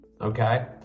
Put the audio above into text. Okay